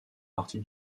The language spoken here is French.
partie